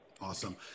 Awesome